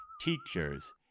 teachers